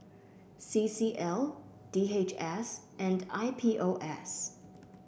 C C L D H S and I P O S